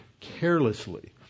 carelessly